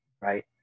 right